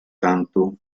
tanto